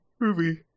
Movie